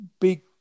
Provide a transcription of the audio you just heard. big